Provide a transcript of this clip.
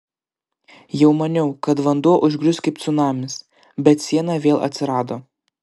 jau maniau kad vanduo užgrius kaip cunamis bet siena vėl atsirado